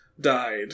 Died